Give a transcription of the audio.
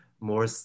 more